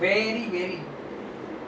vegetarian food தானே சாப்புடுவோ:thaanae saapuduvo